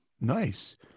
nice